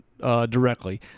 directly